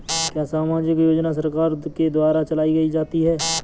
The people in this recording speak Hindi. क्या सामाजिक योजना सरकार के द्वारा चलाई जाती है?